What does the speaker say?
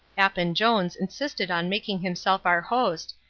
appin-jones insisted on making himself our host,